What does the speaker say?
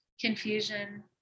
Confusion